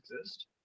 exist